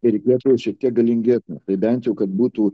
ir lietuvoje čia kiek galingesnio tai bent kad būtų